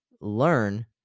learn